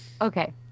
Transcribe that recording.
okay